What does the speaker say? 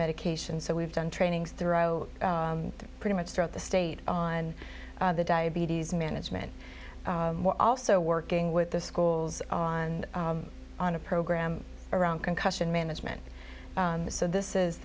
medication so we've done trainings throw them pretty much throughout the state on the diabetes management also working with the schools on on a program around concussion management so this is